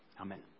amen